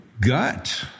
gut